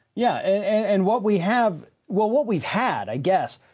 yeah, and what we have, well, what we've had, i guess,